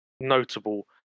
notable